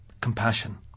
compassion